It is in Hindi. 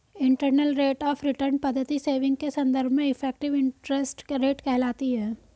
इंटरनल रेट आफ रिटर्न पद्धति सेविंग के संदर्भ में इफेक्टिव इंटरेस्ट रेट कहलाती है